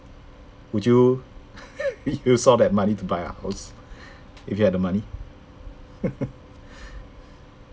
would you use all that money to buy a house if you have the money